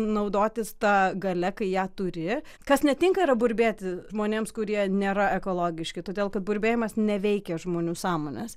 naudotis ta galia kai ją turi kas netinka yra burbėti žmonėms kurie nėra ekologiški todėl kad burbėjimas neveikia žmonių sąmonės